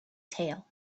tail